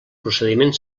procediment